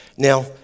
Now